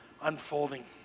unfolding